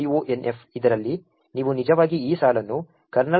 conf ಇದರಲ್ಲಿ ನೀವು ನಿಜವಾಗಿ ಈ ಸಾಲನ್ನು kernel